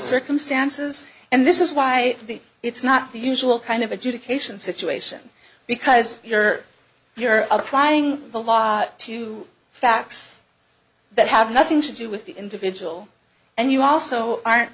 circumstances and this is why the it's not the usual kind of adjudication situation because you're you're applying the law to facts that have nothing to do with the individual and you also aren't